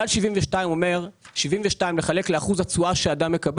כלל 72 אומר: 72 לחלק לאחוז התשואה שאדם מקבל